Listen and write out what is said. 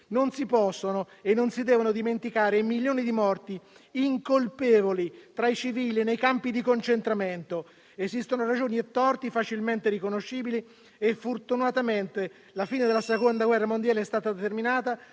Non si possono e non si devono dimenticare i milioni di morti incolpevoli tra i civili nei campi di concentramento. Esistono ragioni e torti facilmente riconoscibili e fortunatamente la fine della Seconda guerra mondiale è stata determinata